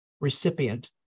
recipient